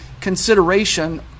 consideration